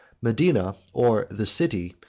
medina, or the city,